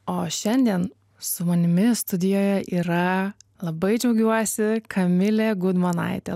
o šiandien su manimi studijoje yra labai džiaugiuosi kamilė gudmonaitė